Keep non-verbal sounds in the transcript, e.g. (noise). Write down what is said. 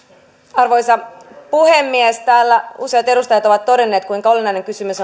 arvoisa puhemies täällä useat edustajat ovat todenneet kuinka olennainen kysymys (unintelligible)